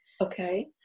Okay